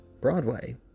Broadway